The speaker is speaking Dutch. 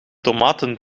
tomaten